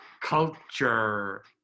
culture